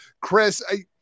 Chris